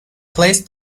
placed